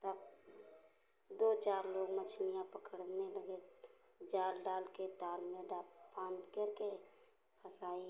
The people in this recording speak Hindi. तब दो चार लोग मछलियाँ पकड़ने लगे जाल डाल के ताल में बांध कर के फँसाई